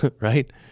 right